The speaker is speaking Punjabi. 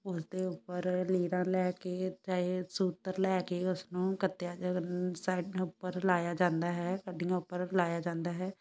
ਉਸ ਦੇ ਉੱਪਰ ਲੀਰਾ ਲੈ ਕੇ ਚਾਹੇ ਸੂਤਰ ਲੈ ਕੇ ਉਸਨੂੰ ਕੱਤਿਆ ਜਾ ਉੱਪਰ ਲਾਇਆ ਜਾਂਦਾ ਹੈ ਅੱਡਿਆਂ ਉੱਪਰ ਲਾਇਆ ਜਾਂਦਾ ਹੈ